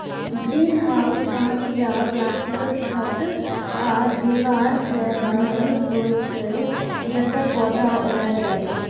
greenhouse कांच या प्लास्टिकक छत आ दीवार सं बनल होइ छै, जतय पौधा उगायल जाइ छै